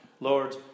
Lord